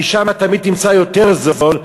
כי שם תמיד תמצא יותר זול,